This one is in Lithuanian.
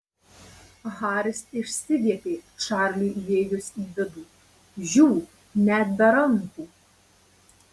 haris išsiviepė čarliui įėjus į vidų žiū net be rankų